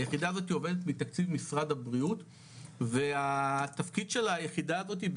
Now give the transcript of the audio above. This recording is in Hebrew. היחידה הזאתי עובדת בתקציב משרד הבריאות והתפקיד של היחידה הזאתי,